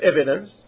evidence